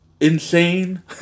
insane